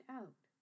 out